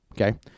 Okay